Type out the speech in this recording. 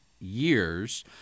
years